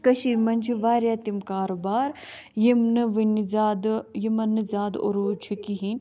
کٔشیٖر منٛز چھِ واریاہ تِم کاروبار یِم نہٕ وُنہِ زیادٕ یِمن نہٕ زیادٕ عروٗج چھُ کِہیٖنۍ